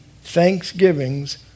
thanksgivings